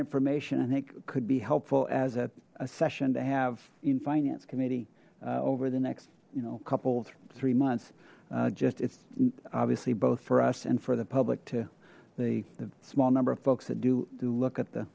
information and it could be helpful as a session to have in finance committee over the next you know couple three months just it's obviously both for us and for the public to the small number of folks that do do look at the